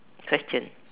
question